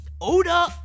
Oda